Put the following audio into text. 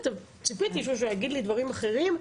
ציפיתי שהוא יגיד לי דברים אחרים.